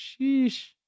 sheesh